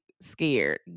scared